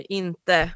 inte